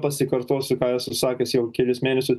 pasikartosiu ką esu sakęs jau kelis mėnesių